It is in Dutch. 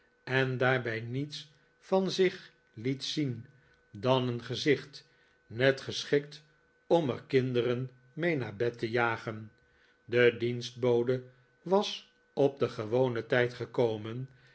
en daarbij niets van zich liet zien dan een gezicht net geschikt om er kinderen mee naar bed te jagen de dienstbode was op den gewonen tijd gekomen